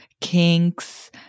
kinks